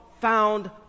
found